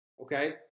Okay